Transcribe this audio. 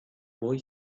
boy